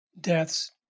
deaths